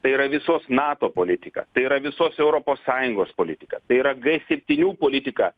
tai yra visos nato politika tai yra visos europos sąjungos politika tai yra g septynių politika